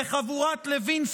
וחבורת לוין,